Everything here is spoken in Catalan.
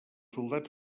soldats